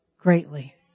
greatly